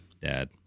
Dad